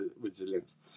resilience